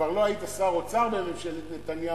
כבר לא היית שר אוצר בממשלת נתניהו,